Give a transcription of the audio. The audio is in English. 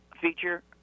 feature